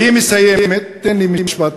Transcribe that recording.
תן לי משפט.